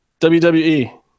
WWE